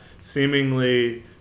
Seemingly